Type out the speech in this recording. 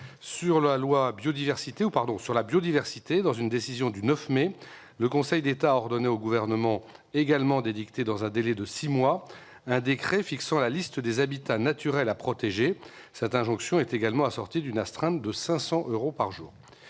Sur la biodiversité, dans une décision du 9 mai, le Conseil d'État a aussi ordonné au Gouvernement d'édicter dans un délai de six mois un décret fixant la liste des habitats naturels à protéger. Cette injonction est également assortie d'une astreinte de 500 euros par jour.